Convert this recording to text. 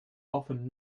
often